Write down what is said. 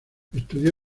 estudió